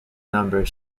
number